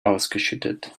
ausgeschüttet